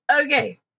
Okay